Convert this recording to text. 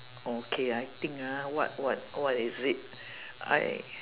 okay I think ah what what what is it I